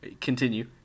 Continue